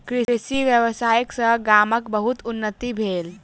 कृषि व्यवसाय सॅ गामक बहुत उन्नति भेल